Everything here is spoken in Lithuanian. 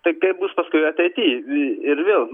tai kaip bus paskui ateity ir vėl